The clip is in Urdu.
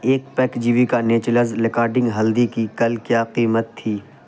ایک پیک جیویکا نیچلز لیکاڈنگ ہلدی کی کل کیا قیمت تھی